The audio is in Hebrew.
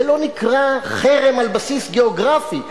זה לא נקרא חרם על בסיס גיאוגרפי.